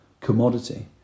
commodity